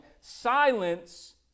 Silence